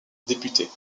députés